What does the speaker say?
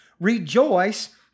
Rejoice